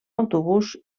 autobús